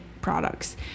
products